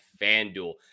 FanDuel